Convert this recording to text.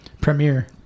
Premiere